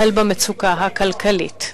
החל במצוקה הכלכלית,